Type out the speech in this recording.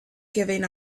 giving